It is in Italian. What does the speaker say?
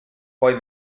poi